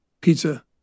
pizza